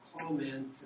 comment